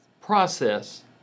process